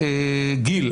יודעים?